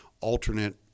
alternate